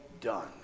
done